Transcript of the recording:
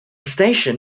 station